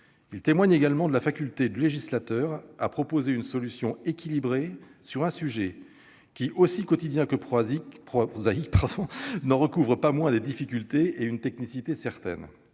Il témoigne également de la faculté du législateur à proposer une solution équilibrée sur un sujet qui, tout quotidien et prosaïque qu'il soit, n'en recouvre pas moins des difficultés et une technicité certaine.